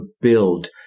build